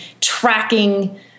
tracking